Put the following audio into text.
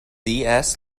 lewis